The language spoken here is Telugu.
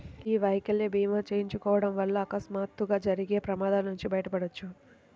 యీ వైకల్య భీమా చేయించుకోడం వల్ల అకస్మాత్తుగా జరిగే ప్రమాదాల నుంచి బయటపడొచ్చు